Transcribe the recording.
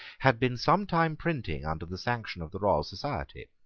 had been some time printing under the sanction of the royal society,